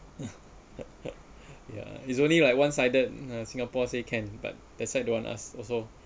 ya it's only like one sided singapore say can but that side don't want us also